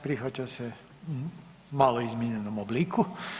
Prihvaća se u malo izmijenjenom obliku.